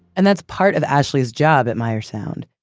and that's part of ashley's job at meyer sound,